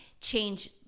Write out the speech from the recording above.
change